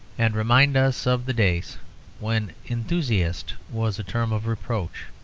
and remind us of the days when enthusiast was a term of reproach.